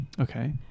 Okay